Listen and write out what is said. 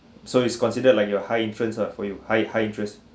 so it's considered like your high influence ah for you high high interest